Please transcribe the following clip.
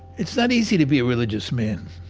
it's not easy to be a religious man.